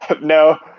No